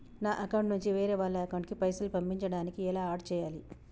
నా అకౌంట్ నుంచి వేరే వాళ్ల అకౌంట్ కి పైసలు పంపించడానికి ఎలా ఆడ్ చేయాలి?